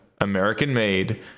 American-made